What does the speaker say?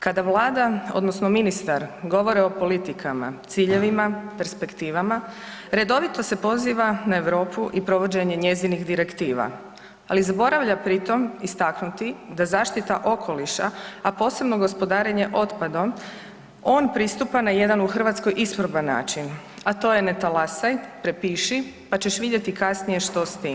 Kada Vlada odnosno ministar govore o politikama, ciljevima, perspektivama redovito se poziva na Europu i provođenje njezinih direktiva, ali zaboravlja pri tom istaknuti da zaštita okoliša, a posebno gospodarenje otpadom on pristupa na jedan u Hrvatskoj isproban način, a to je ne talasaj, prepiši, pa ćeš vidjeti kasnije što s tim.